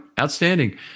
Outstanding